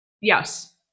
yes